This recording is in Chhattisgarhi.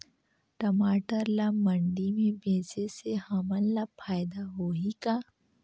टमाटर ला मंडी मे बेचे से हमन ला फायदा होही का?